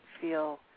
feel